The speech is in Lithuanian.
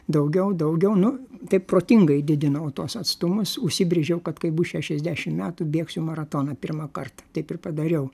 daugiau daugiau nu taip protingai didinau tuos atstumus užsibrėžiau kad kai bus šešiasdešim metų bėgsiu maratoną pirmą kartą taip ir padariau